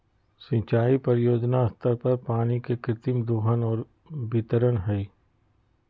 सिंचाई परियोजना स्तर पर पानी के कृत्रिम दोहन और वितरण हइ